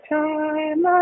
time